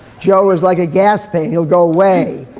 joe is like a gas pain. he'll go away.